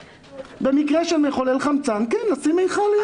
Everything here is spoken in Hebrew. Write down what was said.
במקרה של מכולל חמצן, לשים מיכל לידה.